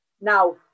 Now